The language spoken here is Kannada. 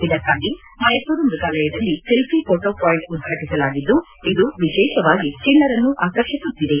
ಇದಕ್ಕಾಗಿ ಮೈಸೂರು ಮ್ಯಗಾಲಯದಲ್ಲಿ ಸೆಲ್ಲಿ ಫೋಟೊ ಪಾಯಿಂಟ್ ಉದ್ವಾಟಿಸಲಾಗಿದ್ದು ಇದು ವಿಶೇಷವಾಗಿ ಚಿಣ್ಣರನ್ನು ಆಕರ್ಷಿಸುತ್ತಿದೆ